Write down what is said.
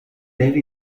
deve